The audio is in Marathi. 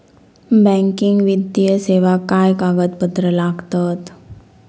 बँकिंग वित्तीय सेवाक काय कागदपत्र लागतत?